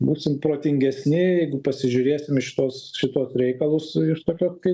būsim protingesni jeigu pasižiūrėsim į šituos šituos reikalus ir tokio kai